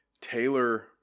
Taylor